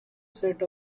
set